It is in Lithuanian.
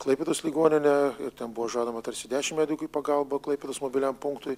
klaipėdos ligoninę ir ten buvo žadama tarsi dešimt medikų į pagalba klaipėdos mobiliam punktui